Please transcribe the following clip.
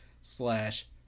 slash